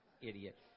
idiot